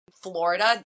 Florida